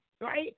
right